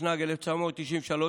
התשנ"ג 1993,